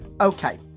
Okay